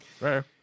Right